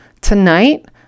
tonight